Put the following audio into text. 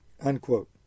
unquote